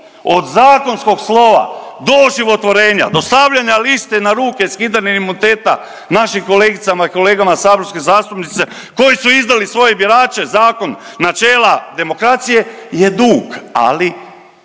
od zakonskog slova do oživotvorenja, do stavljanja lisice na ruke, skidanja imuniteta našim kolegicama i kolegama saborskim zastupnicima koji su izdali svoje birače, zakon, načela demokracije je dug ali